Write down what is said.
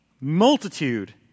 multitude